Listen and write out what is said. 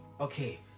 okay